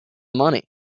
money